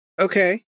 Okay